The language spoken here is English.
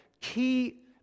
key